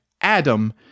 Adam